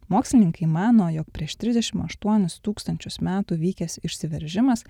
mokslininkai mano jog prieš trisdešim aštuonis tūkstančius metų vykęs išsiveržimas